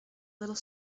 little